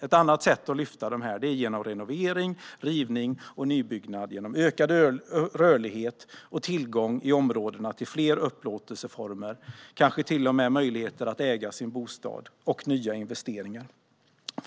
Ett annat sätt att lyfta dessa områden är genom renovering, rivning och nybyggnad, ökad rörlighet och tillgång till fler upplåtelseformer, kanske till och med möjligheten att äga sin bostad. Det handlar också om nyinvesteringar.